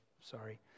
sorry